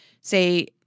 say